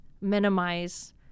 minimize